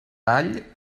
gall